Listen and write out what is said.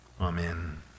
Amen